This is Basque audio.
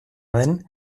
den